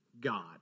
God